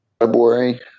February